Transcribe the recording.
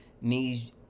need